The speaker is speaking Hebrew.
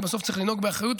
כי בסוף צריך לנהוג באחריות,